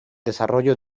desarrollo